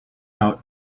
out